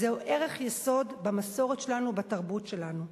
זהו ערך יסוד במסורת שלנו ובתרבות שלנו.